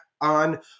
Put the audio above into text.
on